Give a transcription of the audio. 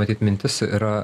matyt mintis yra